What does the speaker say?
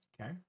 Okay